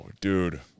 Dude